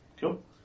Cool